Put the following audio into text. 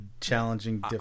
challenging